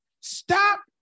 stop